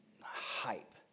hype